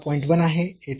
1 आहे येथे हा 0